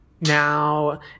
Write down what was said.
now